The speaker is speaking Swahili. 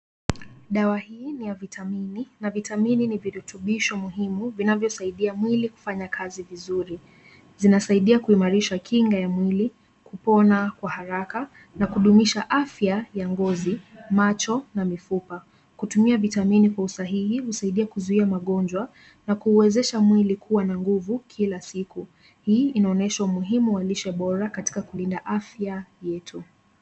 Dawa hii ni ya vitamini na vitamini ni virutubisho muhimu vinavyosaidia mwili kufanya kazi vizuri. Zinasaidia kuimarisha kinga ya mwili kupona kwa haraka na kudumisha afya ya ngozi, macho na mfupa. Kutumia vitamini kwa usahihi husaidia kuzuia magonjwa na kuwezesha mwili kuwa na nguvu kila siku. Hii inaonyesha umuhimu wa lishe bora katika kulinda afya yetu.